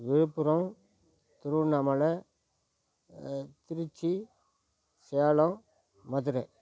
Villupuram Tiruvannamalai Tiruchi Salem Madurai